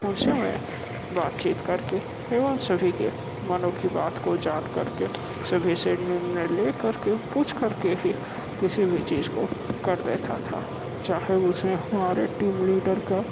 उनसे मैं बातचीत करके एवं सभी के मनो की बात को जान करके सभी से निर्णय ले करके पूछ करके ही किसी भी चीज़ को कर देता था चाहे उसमे हमारा टीम लीडर का